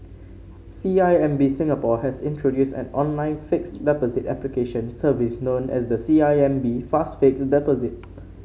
C I M B Singapore has introduced an online fixed deposit application service known as the C I M B Fast Fixed Deposit